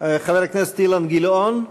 חבר הכנסת אילן גילאון,